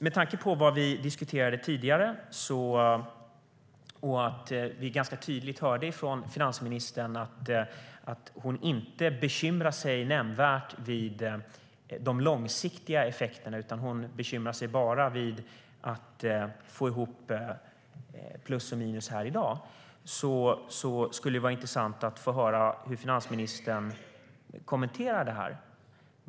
Med tanke på vad vi diskuterade tidigare - och att vi ganska tydligt hörde från finansministern att hon inte bekymrar sig nämnvärt över de långsiktiga effekterna utan bara över att få ihop plus och minus här i dag - skulle det vara intressant att få höra hur finansministern kommenterar det här.